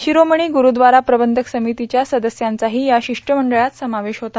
शिरोमणी ग्ररूद्वारा प्रबंधक समितीच्या सदस्यांचाही या शिष्टमंडळात समावेश होता